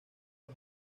los